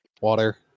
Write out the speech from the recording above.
Water